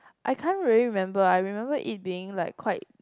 I can't really remember I remember it being like quite